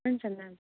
हुन्छ म्याम